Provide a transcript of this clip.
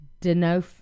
Denof